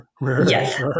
Yes